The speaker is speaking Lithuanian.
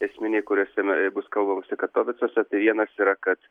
esminiai kuriuose bus kalbamasi katovicuose vienas yra kad